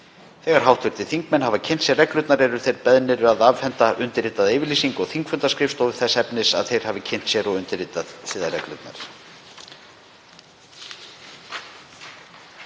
Þegar hv. þingmenn hafa kynnt sér reglurnar eru þeir beðnir að afhenda undirritaða yfirlýsingu á þingfundaskrifstofu þess efnis að þeir hafi kynnt sér og undirritað siðareglurnar.